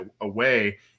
away